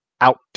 out